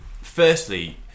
firstly